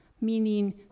meaning